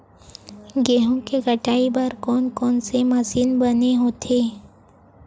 गेहूं के कटाई बर कोन कोन से मशीन बने होथे?